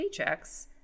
paychecks